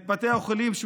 את בתי החולים,